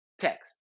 text